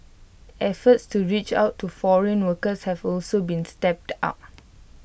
efforts to reach out to foreign workers have also been stepped up